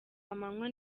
amanywa